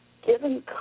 given